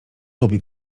lubi